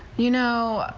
you know.